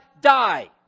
die